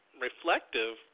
reflective